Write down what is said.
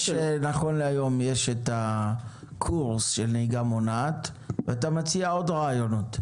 נכון להיום יש את הקורס של נהיגה מונעת ואתה מציע עוד רעיונות.